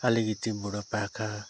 अलिकति बुढोपाका